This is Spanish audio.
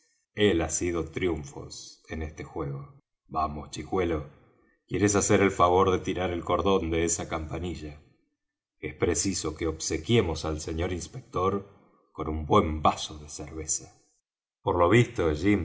él ha sido triunfos en este juego vamos chicuelo quieres hacer el favor de tirar el cordón de esa campanilla es preciso que obsequiemos al sr inspector con un buen vaso de cerveza por lo visto